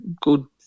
good